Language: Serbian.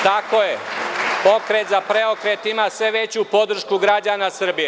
Tako je, Pokret za PREOKRET ima sve veću podršku građana Srbije.